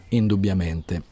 indubbiamente